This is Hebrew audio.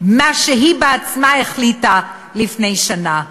מה שהיא בעצמה החליטה לפני שנה.